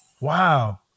wow